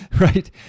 right